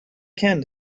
can